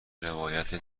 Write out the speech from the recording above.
روایت